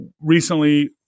recently